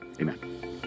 Amen